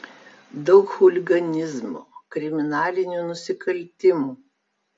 daug chuliganizmo kriminalinių nusikaltimų